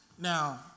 Now